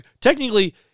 technically